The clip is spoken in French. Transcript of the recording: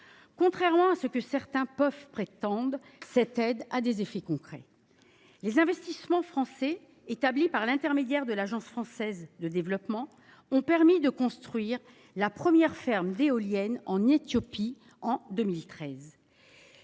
Contrairement à ce que certains prétendent, cette aide emporte des effets concrets : les investissements français, réalisés par l’intermédiaire de l’Agence française de développement, ont ainsi permis de construire la première ferme éolienne en Éthiopie en 2013